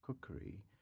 cookery